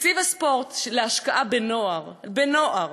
תקציב הספורט להשקעה בנוער, בנוער.